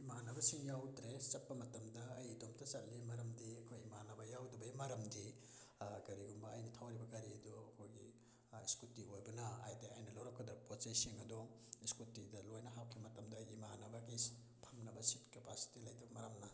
ꯏꯃꯥꯟꯅꯕꯁꯤꯡ ꯌꯥꯎꯗ꯭ꯔꯦ ꯆꯠꯄ ꯃꯇꯝꯗ ꯑꯩ ꯏꯇꯣꯝꯇ ꯆꯠꯂꯤ ꯃꯔꯝꯗꯤ ꯑꯩꯈꯣꯏ ꯏꯃꯥꯟꯅꯕ ꯌꯥꯎꯗꯕꯩ ꯃꯔꯝꯗꯤ ꯀꯔꯤꯒꯨꯝꯕ ꯑꯩꯅ ꯊꯧꯔꯤꯕ ꯒꯥꯔꯤ ꯑꯗꯨ ꯑꯩꯈꯣꯏꯒꯤ ꯏꯁꯀꯨꯇꯤ ꯑꯣꯏꯕꯅ ꯍꯥꯏꯗꯤ ꯑꯩꯅ ꯂꯧꯔꯛꯀꯗꯕ ꯄꯣꯠꯆꯩꯁꯤꯡ ꯑꯗꯨ ꯏꯁꯀꯨꯇꯤꯗ ꯂꯣꯏꯅ ꯍꯥꯞꯈꯤ ꯃꯇꯝꯗ ꯏꯃꯥꯟꯅꯕꯒꯤ ꯁꯤꯠ ꯐꯝꯅꯕ ꯁꯤꯠ ꯀꯦꯄꯥꯁꯤꯇꯤ ꯂꯩꯇꯕ ꯃꯔꯝꯅ